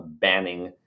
banning